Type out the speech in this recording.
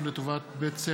שהחזירה ועדת החוקה,